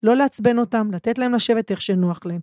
לא לעצבן אותם, לתת להם לשבת איך שנוח להם.